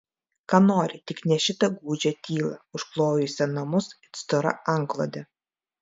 ką nori tik ne šitą gūdžią tylą užklojusią namus it stora antklode